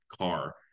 car